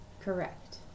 Correct